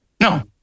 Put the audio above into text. No